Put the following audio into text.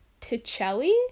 Ticelli